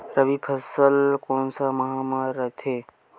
रबी फसल कोन सा माह म रथे?